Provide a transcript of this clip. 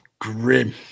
grim